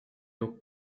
donc